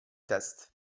test